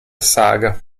saga